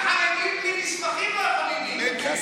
גם חרדים בלי מסמכים לא יכולים להיכנס.